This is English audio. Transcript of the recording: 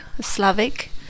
Slavic